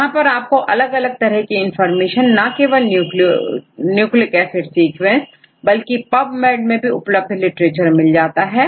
यहां पर आपको अलग अलग तरह की इंफॉर्मेशन ना केवल न्यूक्लिक एसिड सीक्वेंस बल्कि पब मैड मैं उपलब्ध लिटरेचर भी मिल जाएगा